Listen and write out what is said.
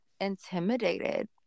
intimidated